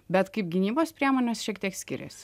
bet kaip gynybos priemonės šiek tiek skirias